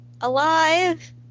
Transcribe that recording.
Alive